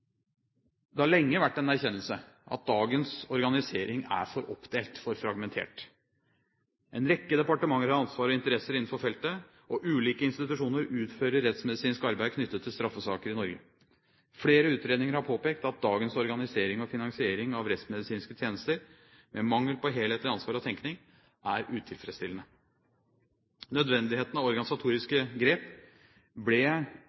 Det har lenge vært en erkjennelse at dagens organisering er for oppdelt, for fragmentert. En rekke departementer har ansvar og interesser innenfor feltet, og ulike institusjoner utfører rettsmedisinsk arbeid knyttet til straffesaker i Norge. Flere utredninger har påpekt at dagens organisering og finansiering av rettsmedisinske tjenester, med mangel på helhetlig ansvar og tenkning, er utilfredsstillende. Nødvendigheten av organisatoriske grep ble